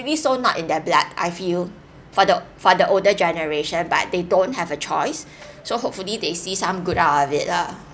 really so not in their blood I feel for the for the older generation but they don't have a choice so hopefully they see some good out of it lah